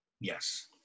yes